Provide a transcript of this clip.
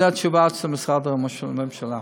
זו התשובה של משרד ראש הממשלה.